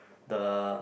the